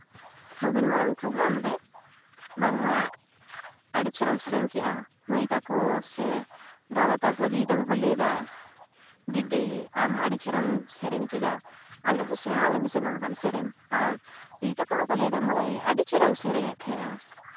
ᱱᱚᱵᱤᱱ ᱵᱚᱨᱚᱱ ᱯᱨᱚᱜᱽᱜᱨᱟᱢ ᱨᱮ ᱵᱟᱝᱢᱟ ᱟᱹᱰᱤ ᱪᱮᱦᱨᱟᱢ ᱥᱮᱨᱮᱧ ᱠᱮᱜᱼᱟ ᱢᱟᱹᱭ ᱛᱟᱠᱚ ᱥᱮ ᱫᱟᱫᱟ ᱛᱟᱠᱚ ᱫᱤᱫᱤ ᱛᱟᱠᱚ ᱠᱚ ᱞᱟᱹᱭᱫᱟ ᱫᱤᱫᱤ ᱟᱢ ᱟᱹᱰᱤ ᱪᱮᱦᱨᱟᱢ ᱥᱮᱨᱮᱧ ᱠᱮᱫᱟ ᱟᱞᱮᱦᱚᱸ ᱥᱮᱬᱟᱣ ᱟᱞᱮ ᱢᱮᱥᱮ ᱱᱚᱝᱠᱟᱱ ᱥᱮᱨᱮᱧ ᱟᱨ ᱫᱤᱫᱤ ᱛᱟᱠᱚ ᱦᱚᱸᱠᱚ ᱞᱟᱹᱭᱫᱟ ᱢᱟᱹᱭ ᱟᱹᱰᱤ ᱪᱮᱦᱨᱟᱢ ᱥᱮᱨᱮᱧᱮᱜ ᱛᱟᱦᱮᱸᱜᱼᱟ